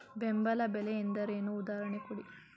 ಬೆಂಬಲ ಬೆಲೆ ಎಂದರೇನು, ಉದಾಹರಣೆ ಕೊಡಿ?